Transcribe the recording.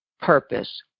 purpose